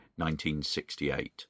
1968